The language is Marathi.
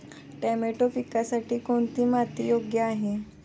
टोमॅटो पिकासाठी कोणती माती योग्य आहे?